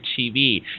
TV